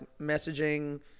messaging